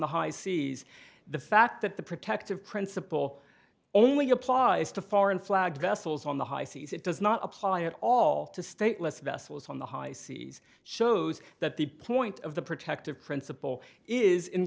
the high seas the fact that the protective principle only applies to foreign flag vessels on the high seas it does not apply at all to stateless vessels on the high seas shows that the point of the protective principle is in